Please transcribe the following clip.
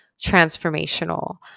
transformational